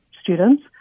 students